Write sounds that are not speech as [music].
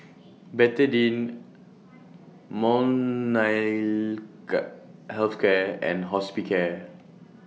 [noise] Betadine [unintelligible] Health Care and Hospicare